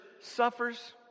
suffers